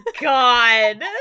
god